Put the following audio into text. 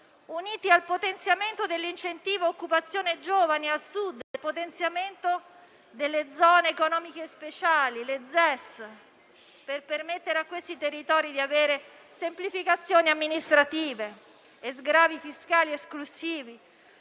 uniti al potenziamento dell'incentivo "Occupazione Giovani" al Sud e al potenziamento delle zone economiche speciali (ZES), per permettere a questi territori di avere semplificazioni amministrative e sgravi fiscali esclusivi,